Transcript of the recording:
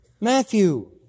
Matthew